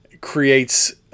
creates